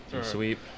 Sweep